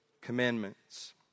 commandments